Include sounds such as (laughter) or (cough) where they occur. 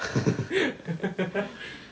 (laughs)